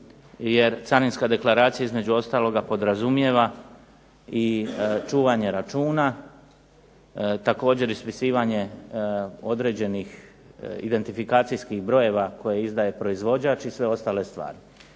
jer carinska deklaracija između ostaloga podrazumijeva i čuvanje računa, također ispisivanje određenih identifikacijskih brojeva koje izdaje proizvođač i sve ostale stvari.